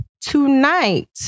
tonight